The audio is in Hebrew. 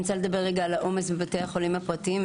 אני רוצה לדבר על העומס בבתי החולים הפרטיים.